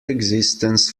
existence